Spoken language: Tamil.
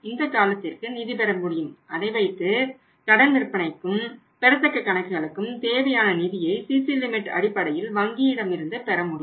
இந்த காலத்திற்கு நிதி பெற முடியும் அதை வைத்து கடன் விற்பனைக்கும் பெறத்தக்க கணக்குகளுக்கும் தேவையான நிதியை சிசி லிமிட் அடிப்படையில் வங்கியிடம் இருந்து பெற முடியும்